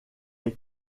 est